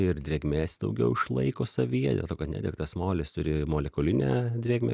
ir drėgmės daugiau išlaiko savyje dėl to kad nedegtas molis turi molekulinę drėgmę